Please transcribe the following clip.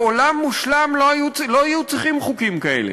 בעולם מושלם לא היו צריכים חוקים כאלה,